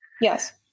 yes